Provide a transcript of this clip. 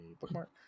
bookmark